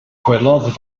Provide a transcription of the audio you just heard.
gwelodd